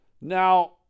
Now